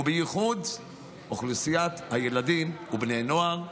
בייחוד אוכלוסיית הילדים ובני הנוער,